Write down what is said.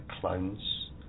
clones